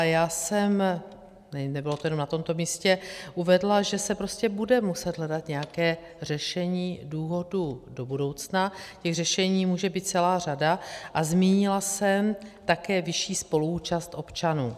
Já jsem nebylo to jenom na tomto místě uvedla, že se prostě bude muset hledat nějaké řešení důchodů do budoucna, těch řešení může být celá řada, a zmínila jsem také vyšší spoluúčast občanů.